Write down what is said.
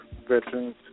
veterans